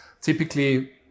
Typically